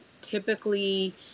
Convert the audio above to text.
typically